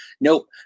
Nope